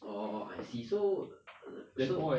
orh I see so so